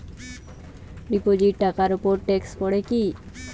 Deposit টাকার উপর tax পড়ে কি?